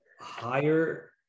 higher